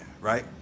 Right